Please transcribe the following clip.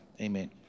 Amen